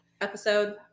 episode